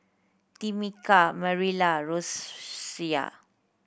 Tameka Marilla Rosaria